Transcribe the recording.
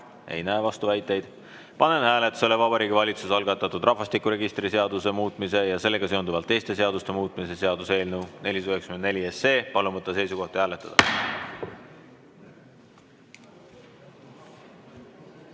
Ei näe vastuväiteid. Panen hääletusele Vabariigi Valitsuse algatatud rahvastikuregistri seaduse muutmise ja sellega seonduvalt teiste seaduste muutmise seaduse eelnõu 494. Palun võtta seisukoht ja hääletada!